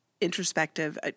introspective